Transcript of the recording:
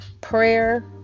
prayer